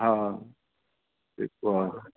हा जेको आहे